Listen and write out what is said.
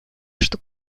что